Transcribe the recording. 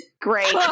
Great